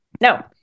No